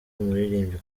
umuririmbyi